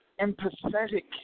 Empathetic